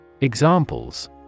Examples